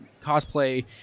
cosplay